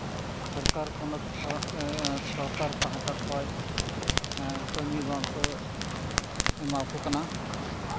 ᱥᱚᱨᱠᱟᱨ ᱯᱚᱱᱚᱛ ᱠᱷᱚᱡ ᱥᱚᱨᱠᱟᱨ ᱯᱟᱦᱴᱟ ᱠᱷᱚᱡ ᱠᱟᱹᱢᱤ ᱵᱟᱠᱚ ᱮᱢᱟ ᱠᱚ ᱠᱟᱱᱟ